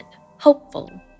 hopeful